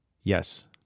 yes